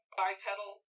bipedal